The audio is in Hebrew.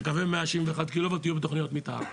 מתאר כשקווי 161 קילוואט יהיו בתוכניות מתאר.